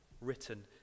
written